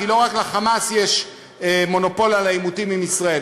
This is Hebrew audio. כי לא רק ל"חמאס" יש מונופול על העימותים עם ישראל,